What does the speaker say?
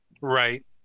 Right